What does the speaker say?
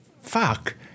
Fuck